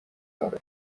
داره